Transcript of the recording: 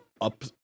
up